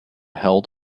held